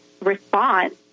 response